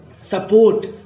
support